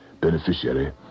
beneficiary